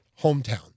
hometown